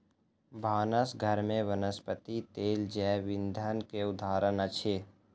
भानस घर में वनस्पति तेल जैव ईंधन के उदाहरण अछि